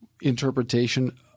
interpretation